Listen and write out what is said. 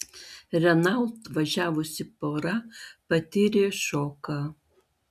renault važiavusi pora patyrė šoką